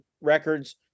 records